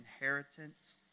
inheritance